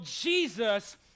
Jesus